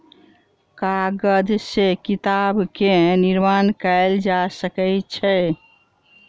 कागज से किताब के निर्माण कयल जा सकै छै